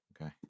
Okay